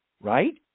right